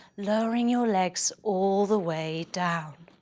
lowering your legs all the way down.